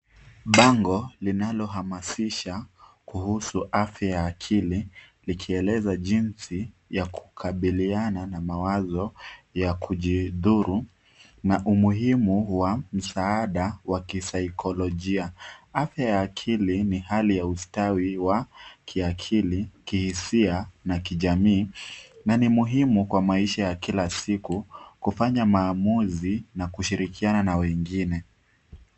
Bango linalohamasisha, kuhusu afya ya akili, likieleza jinsi ya kukabiliana na mawazo ya kujidhuru, na umuhimu wa msaada wa kisaikolojia. Afya ya akili, ni hali ya ustawi wa kiakili, kihisia, na kijamii, na ni muhimu kwa maisha ya kila siku, kufanya maamuzi na kushirikiana na wengine.